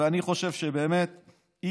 ואני חושב שהיא